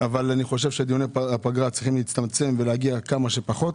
אבל חושב שדיוני הפגרה צריכים להצטמצם ולהגיע כמה שפחות,